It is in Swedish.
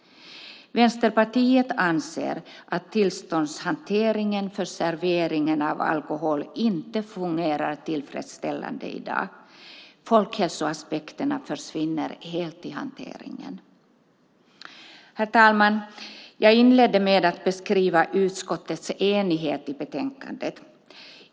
Vänsterpartiet anser att tillståndshanteringen för servering av alkohol inte fungerar tillfredsställande i dag. Folkhälsoaspekterna försvinner helt i hanteringen. Herr talman! Jag inledde med att beskriva utskottets enighet i betänkandet.